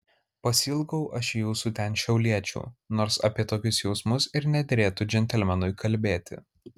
pasiilgau aš jūsų ten šiauliečių nors apie tokius jausmus ir nederėtų džentelmenui kalbėti